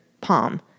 palm